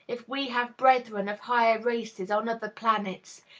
if we have brethren of higher races on other planets,